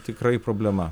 tikrai problema